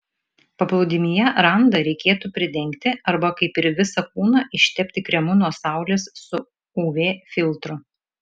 paplūdimyje randą reikėtų pridengti arba kaip ir visą kūną ištepti kremu nuo saulės su uv filtru